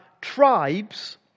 tribes